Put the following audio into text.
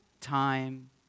time